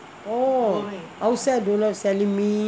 oh outside don't have selling mee